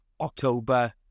October